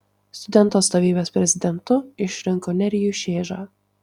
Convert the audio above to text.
studentų atstovybės prezidentu išrinko nerijų šėžą